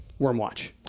Wormwatch